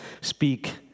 speak